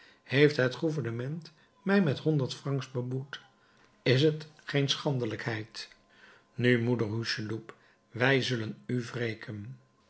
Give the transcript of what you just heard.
heeft het gouvernement mij met honderd francs beboet is t geen schandelijkheid nu moeder hucheloup wij zullen u